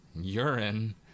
urine